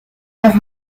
have